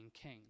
king